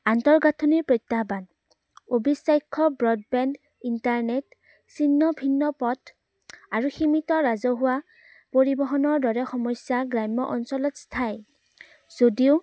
আন্তঃগাঁথনিৰ প্ৰত্যাহ্বান broadband internet চিহ্ন ভিন্ন পথ আৰু সীমিত ৰাজহুৱা পৰিবহণৰ দৰে সমস্যা গ্ৰাম্য অঞ্চলত স্থায় যদিও